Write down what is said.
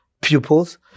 pupils